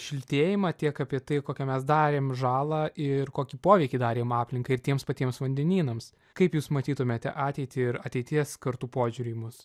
šiltėjimą tiek apie tai kokią mes darėm žalą ir kokį poveikį darėm aplinkai ir tiems patiems vandenynams kaip jūs matytumėte ateitį ir ateities kartų požiūrį į mus